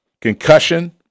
concussion